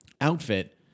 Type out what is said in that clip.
outfit